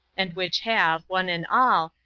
and which have, one and all,